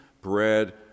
bread